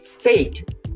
Fate